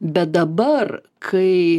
bet dabar kai